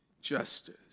justice